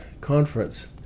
conference